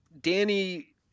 Danny